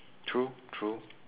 true true